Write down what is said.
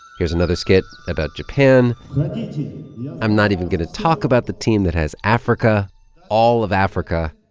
here's another skit about japan i'm not even going to talk about the team that has africa all of africa.